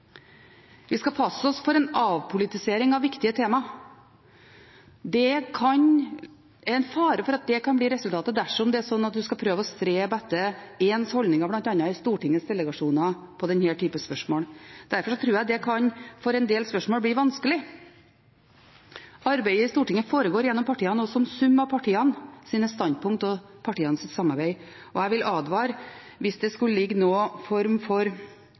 Vi skal passe oss for en avpolitisering av viktige temaer. Det er en fare for at det kan bli resultatet dersom det er slik at en skal prøve å strebe etter ens holdninger, bl.a. i Stortinget delegasjoner, i denne typen spørsmål. Derfor tror jeg det i en del spørsmål kan bli vanskelig. Arbeidet i Stortinget foregår gjennom partiene og som sum av partienes standpunkt og partienes samarbeid, og jeg vil advare hvis det skulle ligge noen form for